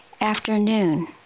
afternoon